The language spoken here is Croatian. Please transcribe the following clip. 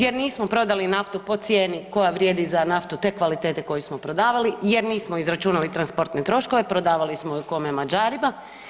Jer nismo prodali naftu po cijeni koja vrijedi za naftu te kvalitete koju smo prodavali jer nismo izračunali transportne troškove, prodavali smo, kome, Mađarima.